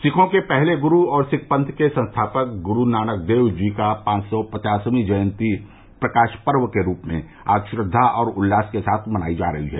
सिखों के पहले गुरू और सिख पंथ के संस्थापक गुरू नानक देव जी की पांच सौ पचासवीं जयन्ती प्रकाश पर्व के रूप में आज श्रद्वा और उल्लास के साथ मनाई जा रही है